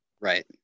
right